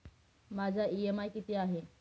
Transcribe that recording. माझा इ.एम.आय किती आहे?